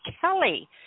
Kelly